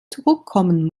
zurückkommen